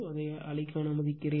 அதை அழிக்க அனுமதிக்கிறேன்